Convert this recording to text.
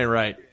right